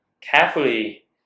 carefully